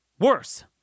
Worse